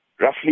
roughly